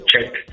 check